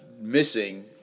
missing